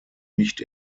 nicht